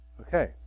Okay